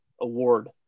Award